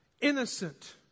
innocent